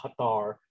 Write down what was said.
Qatar